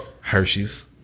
Hershey's